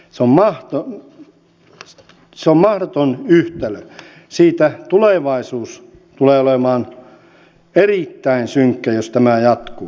se on mahdoton yhtälö tulevaisuus tulee olemaan erittäin synkkä jos tämä jatkuu